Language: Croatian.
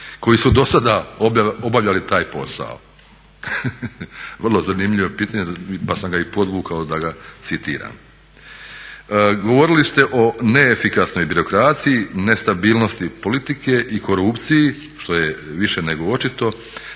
koji su do sada obavljali taj posao. Vrlo zanimljivo pitanje pa sam ga i podvukao da ga citiram. Govorili ste o neefikasnoj birokraciji, nestabilnosti politike i korupciji što je više nego očito,